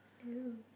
!eww!